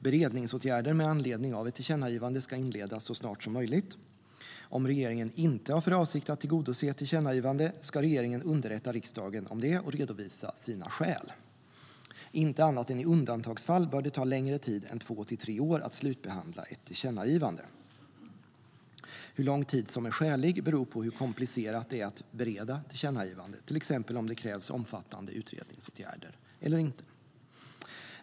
Beredningsåtgärder med anledning av ett tillkännagivande ska inledas så snart som möjligt. Om regeringen inte har för avsikt att tillgodose ett tillkännagivande ska regeringen underrätta riksdagen om det och redovisa sina skäl. Inte annat än i undantagsfall bör det ta längre tid än två till tre år att slutbehandla ett tillkännagivande. Hur lång tid som är skälig beror på hur komplicerat det är att bereda tillkännagivandet, till exempel om det krävs omfattande utredningsåtgärder eller inte.